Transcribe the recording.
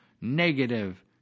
negative